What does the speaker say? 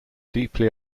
deeply